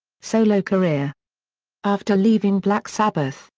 solo career after leaving black sabbath,